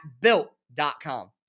Built.com